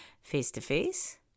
face-to-face